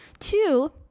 Two